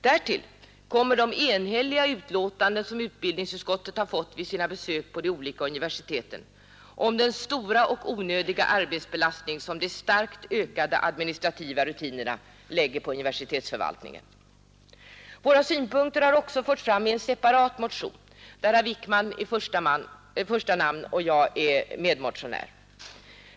Därtill kommer de enhälliga utlåtanden som utbildningsutskottet har fått vid sina besök vid olika universitet om den stora och onödiga arbetsbelastning som de starkt ökade administrativa rutinerna lägger på universitetsförvaltningen. Våra synpunkter har också förts fram i en separat motion, där herr Wijkman står som första namn och där jag är medmotionär.